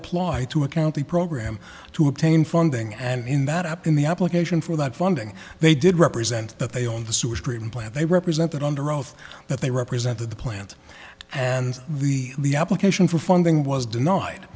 applied to a county program to obtain funding and in that up in the application for that funding they did represent that they owned the sewage treatment plant they represented under oath that they represented the plant and the the application for funding was denied